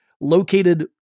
located